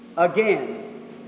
Again